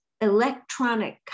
electronic